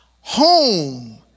Home